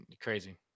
Crazy